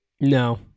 No